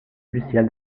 lucien